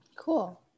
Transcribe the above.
Cool